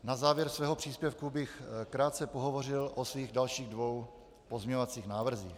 Na závěr svého příspěvku bych krátce pohovořil o svých dalších dvou pozměňovacích návrzích.